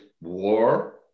war